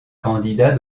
candidats